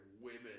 women